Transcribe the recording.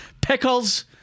pickles